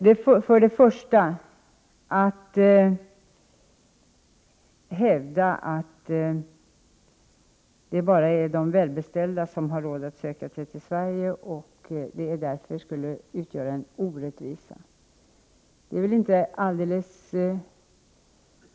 Sten Andersson hävdar att det bara är de välbeställda som har råd att söka sig till Sverige och att det skulle utgöra en orättvisa.